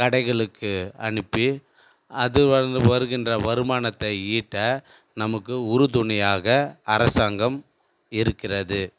கடைகளுக்கு அனுப்பி அது வரு வருகின்ற வருமானத்தை ஈட்ட நமக்கு உறுதுணையாக அரசாங்கம் இருக்கிறது